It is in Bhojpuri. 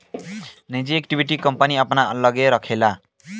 निजी इक्विटी, कंपनी अपना लग्गे राखेला